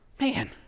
man